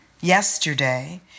Yesterday